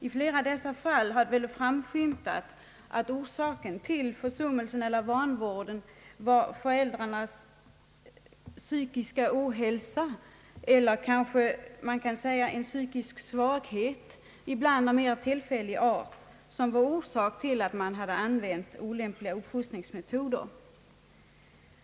I flera av dessa fall har framskymtat att orsaken till försummelsen eller vanvården varit föräldrarnas psykiska ohälsa, eller man kan kanske säga att en psykisk svaghet, ibland av mera tillfällig art, varit orsaken till att man använt olämpliga uppfostringsmetoder.